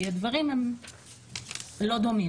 הדברים הם לא דומים.